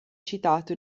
citato